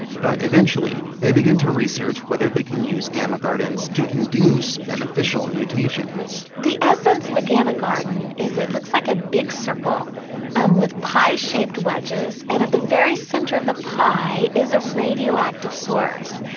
but eventually they begin to research whether they can use gamma gardens to induce beneficial mutations the essence of a gamma garden is it looks like a big circle um with pie-shaped wedges and at the very center of the pie is a radioactive source,